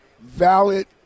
valid